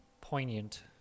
poignant